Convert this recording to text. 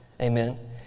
Amen